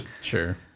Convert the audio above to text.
Sure